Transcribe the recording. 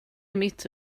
mitt